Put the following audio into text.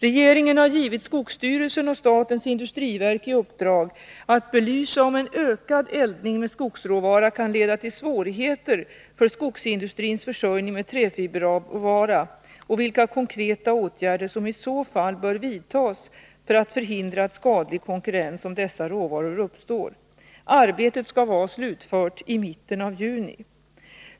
Regeringen har givit skogsstyrelsen och statens industriverk i uppdrag att belysa om en ökad eldning med skogsråvara kan leda till svårigheter för skogsindustrins försörjning med träfiberråvara och vilka konkreta åtgärder som i så fall bör vidtas för att förhindra att skadlig konkurrens om dessa råvaror uppstår. Arbetet skall vara slutfört i mitten på juni.